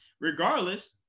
regardless